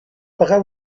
pagar